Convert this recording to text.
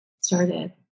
started